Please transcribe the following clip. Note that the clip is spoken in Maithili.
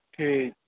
ठीक